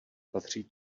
patří